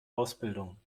ausbildung